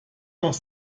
noch